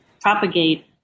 propagate